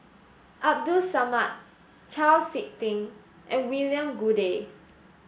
Abdul Samad Chau Sik Ting and William Goode